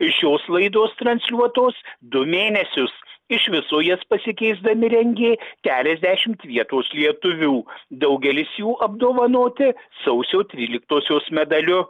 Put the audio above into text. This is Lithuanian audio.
ir šios laidos transliuotos du mėnesius iš viso jas pasikeisdami rengė keliasdešimt vietos lietuvių daugelis jų apdovanoti sausio tryliktosios medaliu